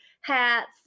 hats